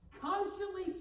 constantly